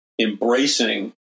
embracing